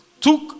Took